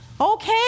Okay